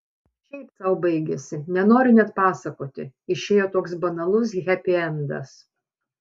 šiaip sau baigėsi nenoriu net pasakoti išėjo toks banalus hepiendas